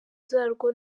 zarwo